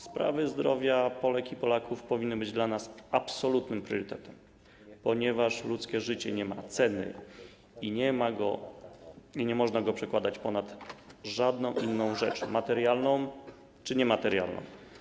Sprawy zdrowia Polek i Polaków powinny być dla nas absolutnym priorytetem, ponieważ życie ludzkie nie ma ceny i nie można go przedkładać ponad żadną inną rzecz - materialną czy niematerialną.